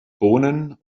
bohnen